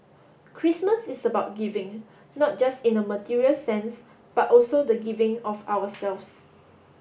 christmas is about giving not just in a material sense but also the giving of ourselves